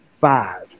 five